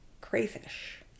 crayfish